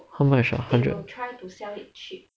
how much ah hundred